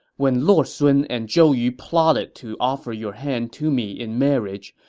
when lord sun and zhou yu plotted to offer your hand to me in marriage,